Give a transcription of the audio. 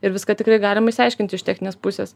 ir viską tikrai galim išsiaiškinti iš techninės pusės